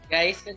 Guys